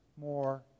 more